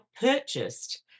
purchased